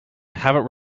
haven’t